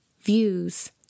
views